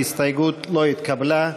ההסתייגות לא התקבלה.